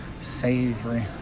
Savory